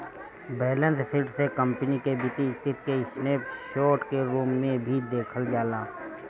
balance sheet से company के वित्तीय स्थिति के स्नैप शोर्ट के रूप में भी देखल जाला